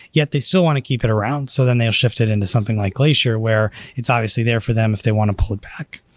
yet they still want to keep it around so then they'll shift it into something like glacier, where it's obviously there for them if they want to pull it back.